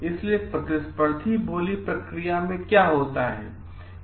इसलिए प्रतिस्पर्धी बोली प्रक्रिया में क्या होता है